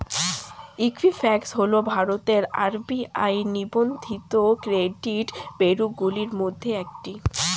Equifax হল ভারতের RBI নিবন্ধিত ক্রেডিট ব্যুরোগুলির মধ্যে একটি